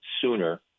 sooner